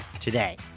today